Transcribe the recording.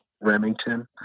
remington